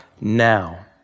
now